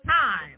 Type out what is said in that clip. time